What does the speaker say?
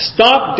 Stop